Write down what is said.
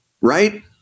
right